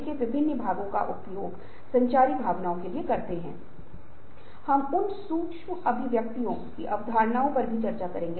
और यदि आप नहीं बदलते हैं तो हम अप्रचलित होंगे और व्यवसाय में नहीं रहेंगे